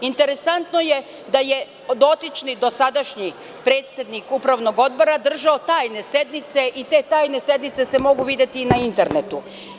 Interesantno je da je dotični, dosadašnji predsednik Upravnog odbora držao tajne sednice i te tajne sednice se mogu videti na internetu.